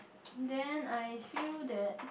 then I feel that